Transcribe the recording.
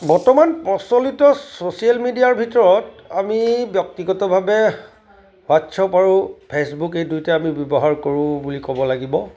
বৰ্তমান প্ৰচলিত ছ'চিয়েল মেডিয়াৰ ভিতৰত আমি ব্যক্তিগতভাৱে হোৱাট্ছআপ আৰু ফেচবুক এই দুইটা আমি ব্যৱহাৰ কৰোঁ বুলি ক'ব লাগিব